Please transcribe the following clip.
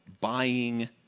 buying